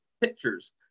pictures